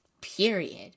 Period